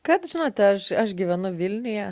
kad žinote aš aš gyvenu vilniuje